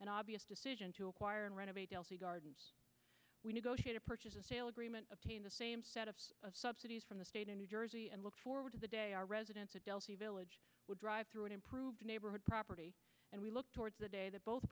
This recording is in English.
and obvious decision to acquire and renovate the gardens we negotiate a purchase and sale agreement obtain the same subsidies from the state of new jersey and look forward to the day our residents adelphi village would drive through an improved neighborhood property and we look towards the day that both